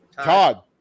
Todd